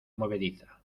movediza